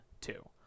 two